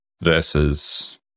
versus